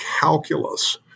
calculus